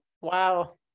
Wow